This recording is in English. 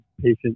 patient